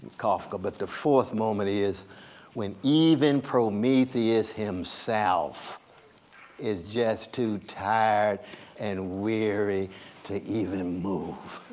kafka. but the fourth moment is when even prometheus himself is just too tired and weary to even move.